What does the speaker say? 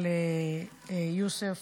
על יוסף